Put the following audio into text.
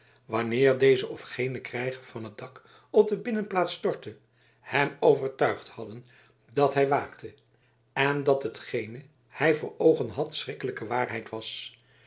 wanneer deze of gene krijger van het dak op de binnenplaats stortte hem overtuigd hadden dat hij waakte en dat hetgene hij voor oogen had schrikkelijke waarheid was